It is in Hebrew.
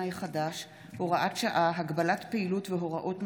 החדש (הוראת שעה) (הגבלת פעילות והוראות נוספות)